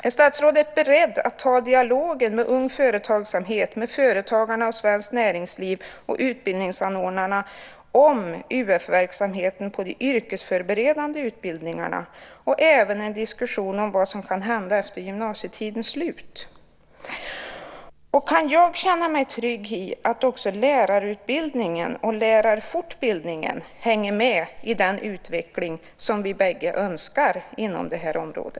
Är statsrådet beredd att ta dialogen med Ung Företagsamhet, Företagarna, Svenskt Näringsliv och utbildningsanordnarna om UF-verksamheten på de yrkesförberedande utbildningarna och även en diskussion om vad som kan hända efter gymnasietidens slut? Kan jag känna mig trygg i att också lärarutbildningen och lärarfortbildningen hänger med i den utveckling som vi bägge önskar inom detta område?